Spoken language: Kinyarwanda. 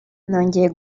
nongeye